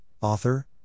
author